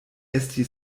esti